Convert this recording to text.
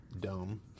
dumb